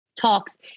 talks